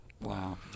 Wow